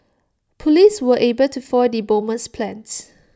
Police were able to foil the bomber's plans